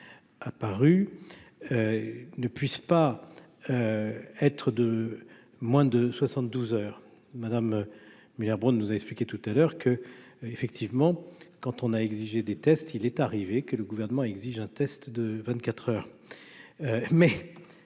apparu ne puisse pas être de moins de 72 heures Madame mais nous a expliqué tout à l'heure que, effectivement, quand on a exigé des tests, il est arrivé que le gouvernement exige un test de 24 heures